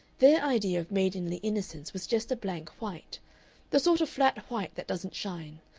their idea of maidenly innocence was just a blank white the sort of flat white that doesn't shine.